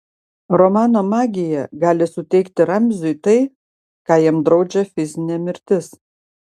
romano magija gali suteikti ramziui tai ką jam draudžia fizinė mirtis